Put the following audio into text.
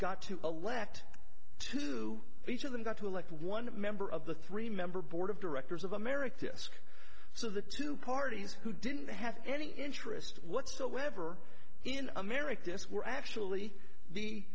got to elect to each of them got to elect one member of the three member board of directors of america this so the two parties who didn't have any interest whatsoever in americus were actually be